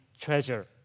treasure